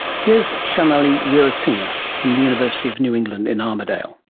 here's shalanee weerasinghe from the university of new england in armidale.